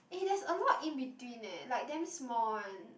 eh there's a lot in between eh like damn small one